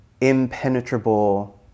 impenetrable